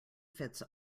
fits